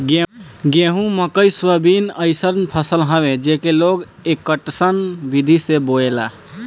गेंहू, मकई, सोयाबीन अइसन फसल हवे जेके लोग एकतस्सन विधि से बोएला